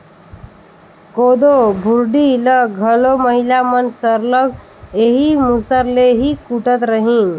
कोदो भुरडी ल घलो महिला मन सरलग एही मूसर ले ही कूटत रहिन